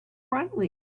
brightly